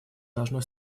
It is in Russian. должно